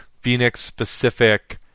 Phoenix-specific